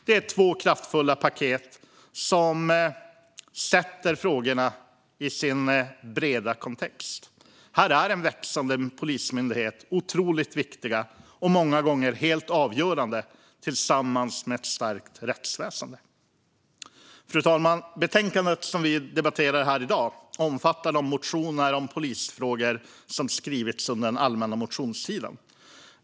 Det är två kraftfulla paket som sätter frågorna i sin breda kontext. Här är en växande polismyndighet otroligt viktig, och många gånger helt avgörande, tillsammans med ett starkt rättsväsen. Fru talman! Betänkandet som vi debatterar här i dag omfattar de motioner om polisfrågor som har skrivits under den allmänna motionstiden.